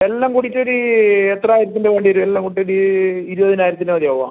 എല്ലാം കൂടിയിട്ടൊരു എത്ര ഇതിന്റെ വേണ്ടി വരും എല്ലാം കൂട്ടിയിട്ട് ഇരുപതിനായിരത്തിന് മതിയാവുമോ